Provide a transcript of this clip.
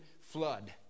flood